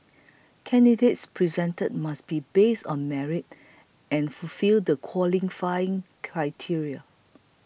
candidates presented must be based on merit and fulfil the qualifying criteria